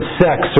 sex